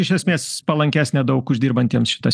iš esmės palankesnė daug uždirbantiems šita